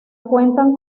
cuentan